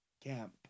camp